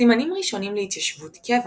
סימנים ראשונים להתיישבות קבע,